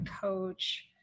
coach